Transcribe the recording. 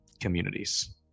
communities